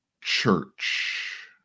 Church